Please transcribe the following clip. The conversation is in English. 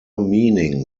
meaning